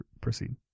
proceed